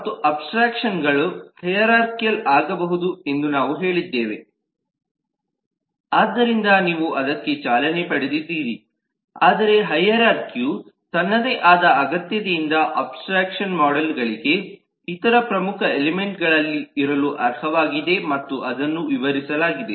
ಮತ್ತು ಅಬ್ಸ್ಟ್ರಾಕ್ಷನ್ಗಳು ಹೈರಾರ್ಖಾಲ್ ಆಗಬಹುದು ಎಂದು ನಾವು ಹೇಳಿದ್ದೇವೆ ಆದ್ದರಿಂದ ನೀವು ಅದಕ್ಕೆ ಚಾಲನೆ ಪಡೆದಿದ್ದೀರಿ ಆದರೆ ಹೈರಾರ್ಖಿಯು ತನ್ನದೇ ಆದ ಅಗತ್ಯತೆಯಿಂದ ಒಬ್ಜೆಕ್ಟ್ ಮೋಡೆಲ್ ಗಳಿಗೆ ಇತರ ಪ್ರಮುಖ ಎಲಿಮೆಂಟ್ಗಳಲ್ಲಿರಲು ಅರ್ಹವಾಗಿದೆ ಮತ್ತು ಅದನ್ನು ವಿವರಿಸಲಾಗಿದೆ